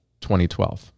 2012